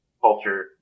culture